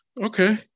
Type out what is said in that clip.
okay